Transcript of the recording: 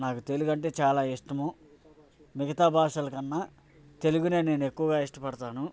నాకు తెలుగు అంటే చాలా ఇష్టం మిగతా భాషల కన్నా తెలుగు నేను ఎక్కువగా ఇష్టపడతాను